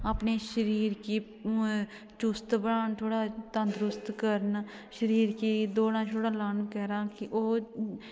अपने शरिर गी ओह् चुस्त बनान थोह्ड़ा तंदरुस्त करन शरीर गी दौडां छोड़ां करां कि ओह्